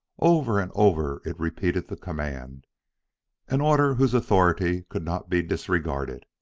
over and over it repeated the command an order whose authority could not be disregarded.